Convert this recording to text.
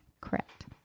correct